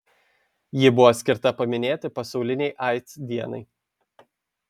ji buvo skirta paminėti pasaulinei aids dienai